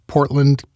Portland